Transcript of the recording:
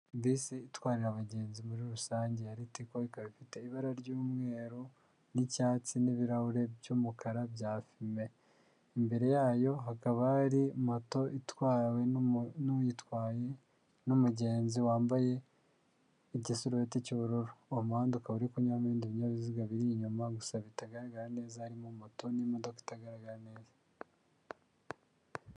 Bisi itwarira abagenzi muri rusange ya Ritiko ikaba ifite ibara ry'umweru n'icyatsi n'ibirahure by'umukara bya fime, imbere yayo hakaba hari moto itwawe n'uyitwaye n'umugenzi wambaye igisurubeti cy'ubururu, uwo muhanda ukaba ari kunyuramo ibindi binyabiziga biri inyuma gusa bitagaragara neza harimo moto n'imodoka itagaragara neza.